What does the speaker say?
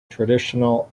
traditional